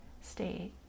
state